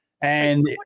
and-